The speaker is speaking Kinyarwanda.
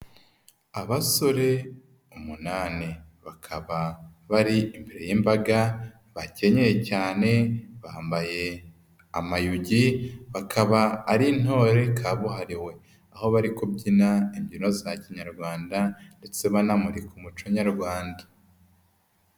Abasore umunani bakaba bari imbere y'imbaga bakenyeye cyane bambaye amayugi, bakaba ari ntore kabuhariwe, aho bari kubyina imbyino za kinyarwanda, ndetse banamurika umuconyarwanda.